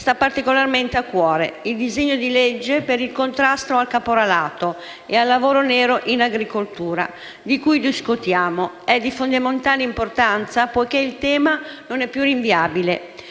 sta particolarmente a cuore. Il disegno di legge per il contrasto al caporalato e al lavoro nero in agricoltura, di cui discutiamo, è di fondamentale importanza poiché il tema non è più rinviabile.